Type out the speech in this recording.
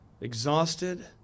exhausted